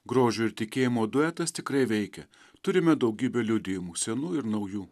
grožio ir tikėjimo duetas tikrai veikia turime daugybę liudijimų senų ir naujų